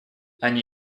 они